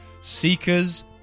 seekers